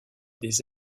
des